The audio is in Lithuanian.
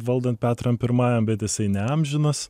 valdant petram pirmajam bet jisai neamžinas